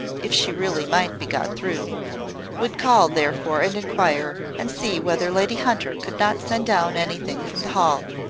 if she really might be got through would call, therefore, and inquire, and see whether lady hunter could not send down anything from the hall.